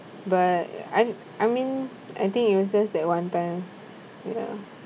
but and I mean I think it was just that one time ya